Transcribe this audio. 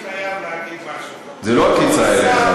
אני חייב להגיד משהו --- זו לא עקיצה אליך,